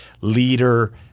leader